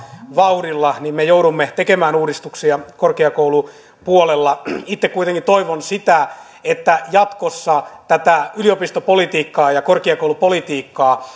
vauhdilla niin me joudumme tekemään uudistuksia korkeakoulupuolella itse kuitenkin toivon sitä että jatkossa tätä yliopistopolitiikkaa ja korkeakoulupolitiikkaa